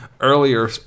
earlier